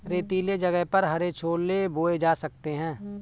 रेतीले जगह पर हरे छोले बोए जा सकते हैं